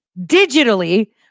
digitally